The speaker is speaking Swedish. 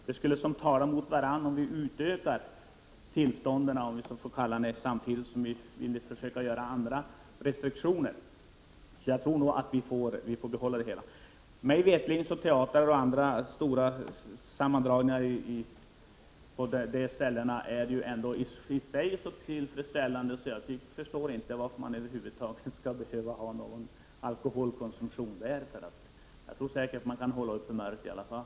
Om vi skulle utöka antalet serveringstillstånd samtidigt som vi försöker genomföra restriktioner, skulle dessa två åtgärder tala mot varandra. Mig veterligen är teatrarna ändå i sig tillfredsställda. Så jag förstår inte varför man över huvud taget skall behöva servera alkohol där. De kan fortsätta sin verksamhet i alla fall.